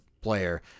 player